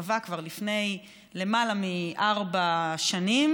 קבע כבר לפני למעלה מארבע שנים